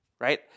Right